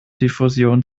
diffusion